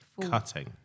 Cutting